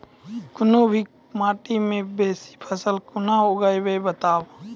कूनू भी माटि मे बेसी फसल कूना उगैबै, बताबू?